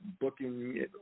booking